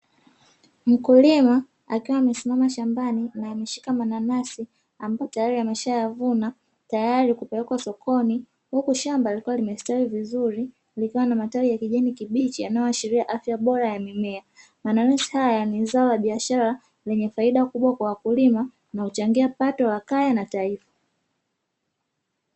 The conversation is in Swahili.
Mkulima akiwa amesimama shambani na ameshika mananasi ambapo tayari ameshayavuna tayari kupelekwa sokoni, huku shamba lilikuwa limestawi vizuri nikawa na matawi ya kijani kibichi yanayoashiria afya bora ya mimea, mananasi haya ni zao la biashara lenye faida kubwa kwa wakulima na kuchangia pato la kaya na taifa.